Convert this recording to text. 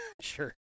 Sure